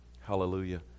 hallelujah